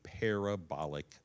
parabolic